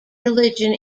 religion